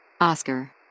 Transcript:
Oscar